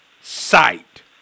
sight